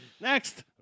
Next